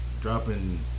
dropping